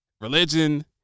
religion